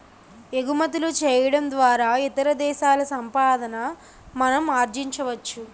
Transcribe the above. ఎగుమతులు చేయడం ద్వారా ఇతర దేశాల సంపాదన మనం ఆర్జించవచ్చు